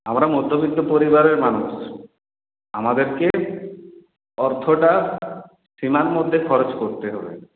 আমরা মধ্যবিত্ত পরিবারের মানুষ আমাদেরকে অর্থটা সীমার মধ্যে খরচ করতে হবে